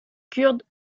kurde